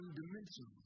dimension